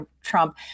Trump